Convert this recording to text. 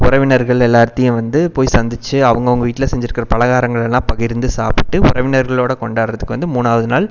உறவினர்கள் எல்லாத்தையும் வந்து போய் சந்திச்சு அவங்கவுங்க வீட்டில் செஞ்சிருக்கிற பலகாரங்களெல்லாம் பகிர்ந்து சாப்பிட்டு உறவினர்களோட கொண்டாடுறத்துக்கு வந்து மூணாவது நாள்